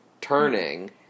turning